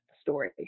story